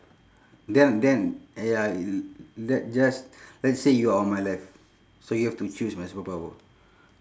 then then ya l~ let's just let's say you are on my left so you have to choose my superpower